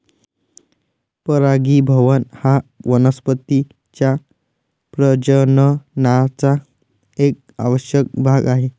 परागीभवन हा वनस्पतीं च्या प्रजननाचा एक आवश्यक भाग आहे